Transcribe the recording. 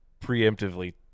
preemptively